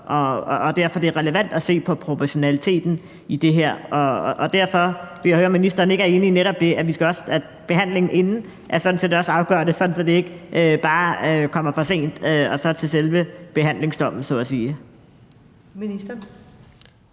og derfor er det relevant at se på proportionaliteten i det. Derfor vil jeg høre, om ministeren ikke er enig i netop det, altså at vi skal have behandling inden, sådan at det er afgørende og ikke bare kommer for sent og så til selve behandlingsdommen så at sige.